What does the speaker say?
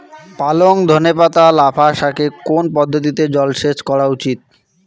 পালং ধনে পাতা লাফা শাকে কোন পদ্ধতিতে জল সেচ করা উচিৎ?